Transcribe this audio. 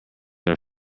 are